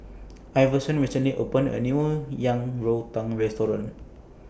Iverson recently opened A New Yang Rou Tang Restaurant